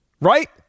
right